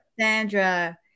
Sandra